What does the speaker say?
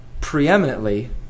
preeminently